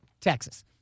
Texas